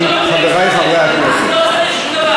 צריך לתת לזה פתרון,